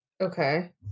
Okay